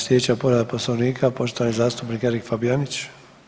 Slijedeća povreda Poslovnika, poštovani zastupnik Erik Fabijanić.